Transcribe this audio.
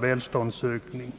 välståndsökningen.